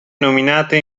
nominata